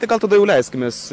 tai gal tada jau leiskimės